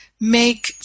make